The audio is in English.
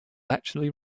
actually